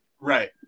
Right